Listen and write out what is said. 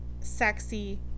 sexy